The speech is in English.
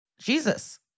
Jesus